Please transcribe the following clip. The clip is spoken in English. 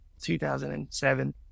2007